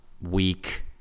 weak